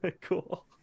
Cool